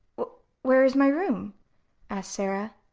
where is my room? asked sara.